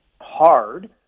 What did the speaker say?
hard